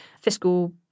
fiscal